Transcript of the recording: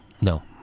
No